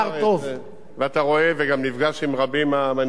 ואתה רואה וגם נפגש עם רבים מהמנהיגים ומהאזרחים,